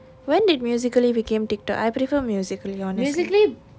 when did musically became Tik Tok I prefer musically honestly